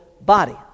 body